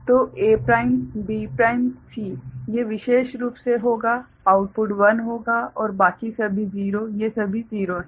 तो A prime B prime C ये विशेष रूप से होगा - आउटपुट 1 होगा और बाकी सभी 0 ये सभी 0 हैं